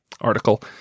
article